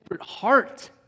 heart